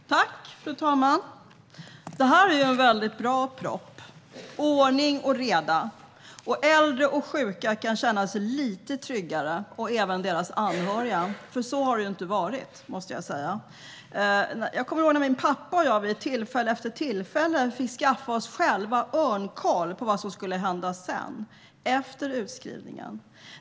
Fru talman! Detta är en mycket bra proposition - ordning och reda. Äldre och sjuka, och även deras anhöriga, kan känna sig lite tryggare. Så har det inte varit. Jag kommer ihåg när min pappa och jag vid tillfälle efter tillfälle själva fick skaffa oss örnkoll på vad som skulle hända efter utskrivningen.